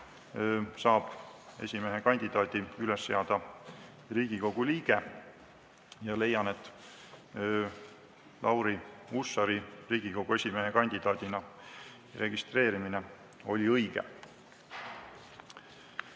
saab esimehekandidaadi üles seada Riigikogu liige. Ma leian, et Lauri Hussari Riigikogu esimehe kandidaadina registreerimine oli õige.